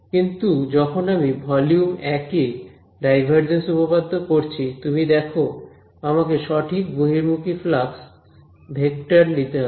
কিন্তু যখন আমি ভলিউম 1 এ ডাইভারজেন্স উপপাদ্য করছি তুমি দেখো আমাকে সঠিক বহির্মুখী ফ্লাক্স ভেক্টর নিতে হবে